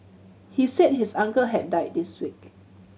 he said his uncle had died this week